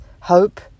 hope